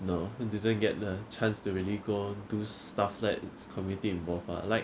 no I didn't get the chance to really go do stuff that is community involved ah like